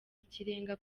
ikirenga